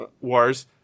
wars